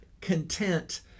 content